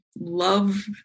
love